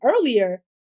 earlier